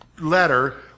letter